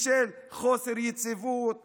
בשל חוסר יציבות,